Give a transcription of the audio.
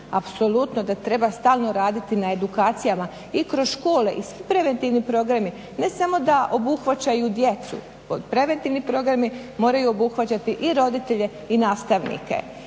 apsolutno da treba stalno raditi na edukacijama i kroz škole i svi preventivni programi ne samo da obuhvaćaju djecu, preventivni programi moraju obuhvaćati i roditelje i nastavnike